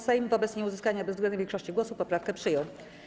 Sejm wobec nieuzyskania bezwzględnej większości głosów poprawkę przyjął.